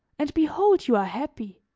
and behold you are happy.